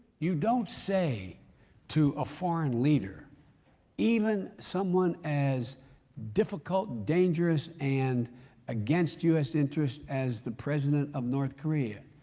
you don't say to a foreign leader even someone as difficult, dangerous and against u s. interests as the president of north korea,